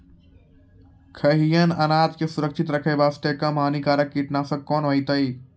खैहियन अनाज के सुरक्षित रखे बास्ते, कम हानिकर कीटनासक कोंन होइतै?